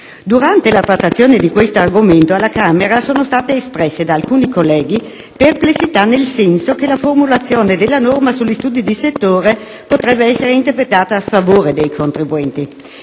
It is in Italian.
Durante la trattazione di questo argomento alla Camera sono state espresse, da alcuni colleghi, perplessità nel senso che la formulazione della norma sugli studi di settore potrebbe essere interpretata a sfavore dei contribuenti.